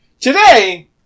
Today